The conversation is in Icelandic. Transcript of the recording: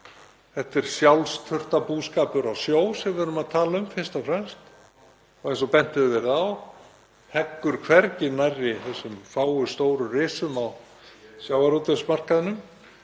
Þetta er sjálfsþurftarbúskapur á sjó sem við erum að tala um fyrst og fremst og eins og bent hefur verið á heggur hann hvergi nærri þessum fáu stóru risum á sjávarútvegsmarkaðnum.